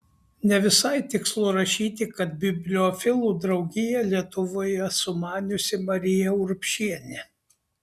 ne visai tikslu rašyti kad bibliofilų draugiją lietuvoje sumaniusi marija urbšienė